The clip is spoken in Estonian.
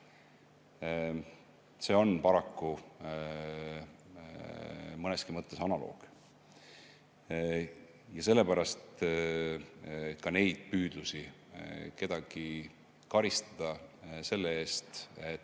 See on paraku nii mõneski mõttes analoogne. Ja sellepärast oleks püüd kedagi karistada selle eest, et